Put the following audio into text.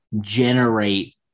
generate